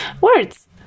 Words